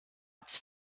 its